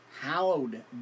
hallowed